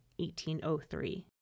1803